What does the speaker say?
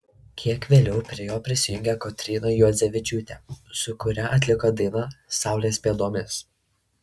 kiek vėliau prie jo prisijungė kotryna juodzevičiūtė su kuria atliko dainą saulės pėdomis